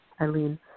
Eileen